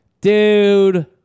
dude